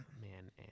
man